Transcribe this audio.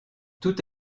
tout